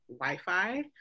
Wi-Fi